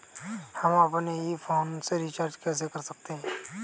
हम अपने ही फोन से रिचार्ज कैसे कर सकते हैं?